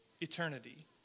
eternity